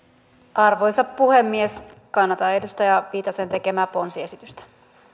arvoisa puhemies kannatan edustaja viitasen tekemää ponsiesitystä